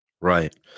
Right